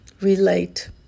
relate